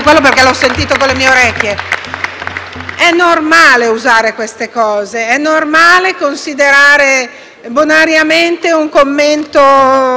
È normale usare certe espressioni e considerare bonariamente un commento sessista o un complimento troppo pesante.